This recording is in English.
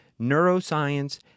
neuroscience